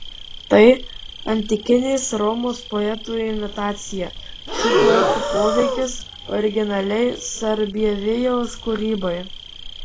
tai antikinės romos poetų imitacija šių poetų poveikis originaliai sarbievijaus kūrybai